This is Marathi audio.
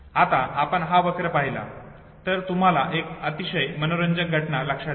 आता आपण हा वक्र पाहिला तर तुम्हाला एक अतिशय मनोरंजक घटना लक्षात येईल